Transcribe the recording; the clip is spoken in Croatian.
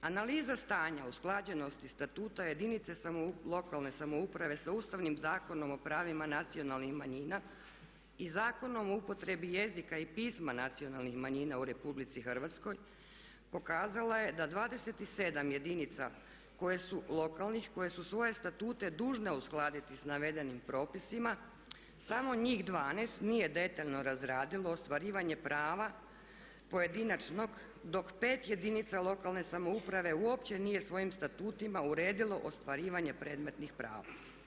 Analiza stanja usklađenosti statuta jedinice lokalne samouprave sa Ustavnim zakonom o pravima nacionalnih manjina i Zakonom o upotrebi jezika i pisma nacionalnih manjina u Republici Hrvatskoj pokazalo je da 27 jedinica lokalnih koje su svoje statute dužne uskladiti sa navedenim propisima samo njih 12 nije detaljno razradilo ostvarivanje prava pojedinačnog dok 5 jedinica lokalne samouprave uopće nije svojim statutima uredilo ostvarivanje predmetnih prava.